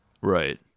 Right